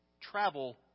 travel